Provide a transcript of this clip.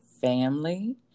family